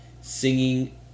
singing